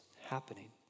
happening